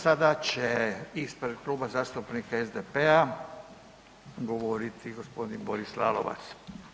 Sada će ispred Kluba zastupnika SDP-a govoriti g. Boris Lalovac.